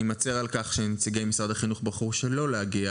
אני מצר על כך שנציגי משרד החינוך בחרו שלא להגיע